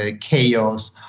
chaos